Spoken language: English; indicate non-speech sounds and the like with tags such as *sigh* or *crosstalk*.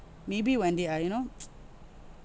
maybe when they are you know *noise*